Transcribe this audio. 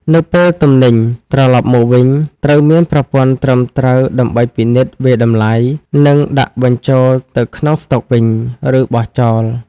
នៅពេលទំនិញត្រឡប់មកវិញ ត្រូវមានប្រព័ន្ធត្រឹមត្រូវដើម្បីពិនិត្យ វាយតម្លៃ និងដាក់បញ្ចូលទៅក្នុងស្តុកវិញ ឬបោះចោល។